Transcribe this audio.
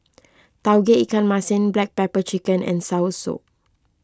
Tauge Ikan Masin Black Pepper Chicken and Soursop